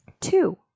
Two